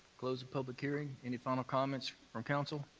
close the public hearing. any final comments from council?